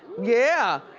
yeah,